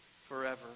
forever